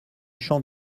champ